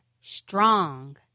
strong